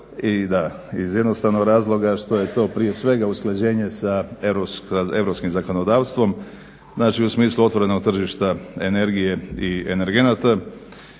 zakona iz jednostavnog razloga što je to prije svega usklađenje sa europskim zakonodavstvom. Znači u smislu otvorenog tržišta energije i energenata.